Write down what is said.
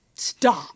stop